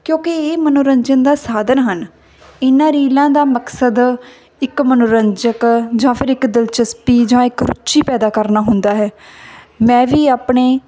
ਕਿਉਂਕਿ ਇਹ ਮਨੋਰੰਜਨ ਦਾ ਸਾਧਨ ਹਨ ਇਹਨਾਂ ਰੀਲਾਂ ਦਾ ਮਕਸਦ ਇੱਕ ਮਨੋਰੰਜਕ ਜਾਂ ਫਿਰ ਇੱਕ ਦਿਲਚਸਪੀ ਜਾਂ ਇੱਕ ਰੁਚੀ ਪੈਦਾ ਕਰਨਾ ਹੁੰਦਾ ਹੈ ਮੈਂ ਵੀ ਆਪਣੇ